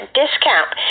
discount